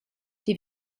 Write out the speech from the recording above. die